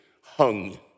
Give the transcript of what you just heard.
hung